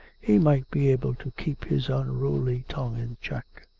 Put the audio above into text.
he might be able to keep his unruly tongue in check.